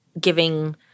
giving